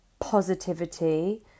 Positivity